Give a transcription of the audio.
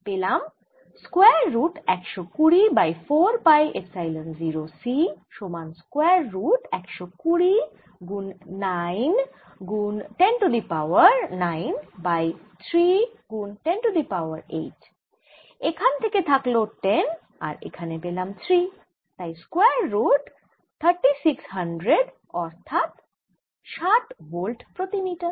পেলাম square root একশ কুড়ি বাই 4 পাই এপসাইলন 0 c সমান স্কয়ার রুট 120 গুন 9 গুন 10 টু দি পাওয়ার 9 বাই 3 গুন 10 টু দি পাওয়ার 8 এখান থেকে থাকল 10 আর এখানে পেলাম 3 তাই স্কয়ার রুট 3600 অর্থাৎ 60 ভোল্ট প্রতি মিটার